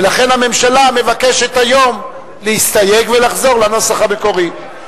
ולכן הממשלה מבקשת היום להסתייג ולחזור לנוסח המקורי.